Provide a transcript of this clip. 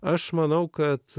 aš manau kad